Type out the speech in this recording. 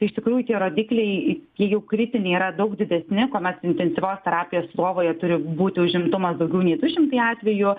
tai iš tikrųjų tie rodikliai jie jau kritiniai yra daug didesni kuomet intensyvios terapijos lovoje turi būti užimtumas daugiau nei du šimtai atvejų